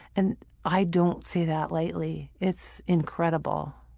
and i don't say that lightly. it's incredible,